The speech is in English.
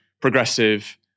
progressive